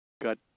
got